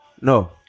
No